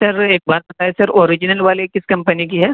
سر ایک بات بتائیں سر اوریجنل والے کس کمپنی کی ہے